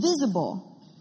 visible